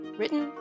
written